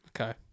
Okay